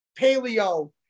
paleo